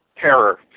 terror